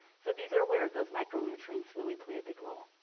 so these are where those micronutrients really play a big role.